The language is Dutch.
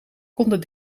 konden